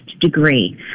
degree